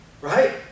right